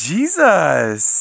Jesus